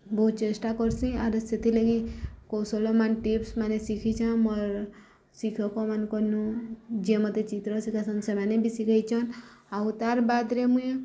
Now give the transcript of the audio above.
ବହୁତ୍ ଚେଷ୍ଟା କର୍ସି ଆରୁ ସେଥିଲାଗି କୌଶଳମାନେ ଟିପ୍ସମାନେ ଶିଖିଚେଁ ମୋର୍ ଶିକ୍ଷକମାନଙ୍କନୁ ଯିଏ ମତେ ଚିତ୍ର ଶିଖାସନ୍ ସେମାନେ ବି ଶିଖେଇଛନ୍ ଆଉ ତାର୍ ବାଦ୍ରେ ମୁଇଁ